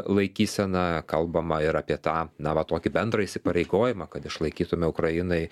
laikysena kalbama ir apie tą na va tokį bendrą įsipareigojimą kad išlaikytume ukrainai